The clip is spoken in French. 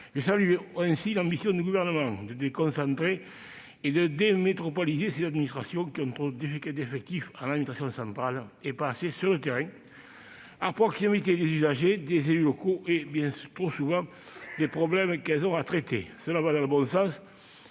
Je salue ainsi l'ambition du Gouvernement de déconcentrer et de « démétropoliser » ces administrations, qui ont trop d'effectifs en administration centrale, et pas assez sur le terrain, à proximité des usagers, des élus locaux et, bien trop souvent, des problèmes qu'elles ont à traiter. Cela va dans le bon sens,